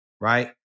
right